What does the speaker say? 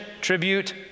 tribute